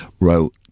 wrote